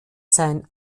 sein